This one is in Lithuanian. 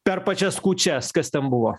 per pačias kūčias kas ten buvo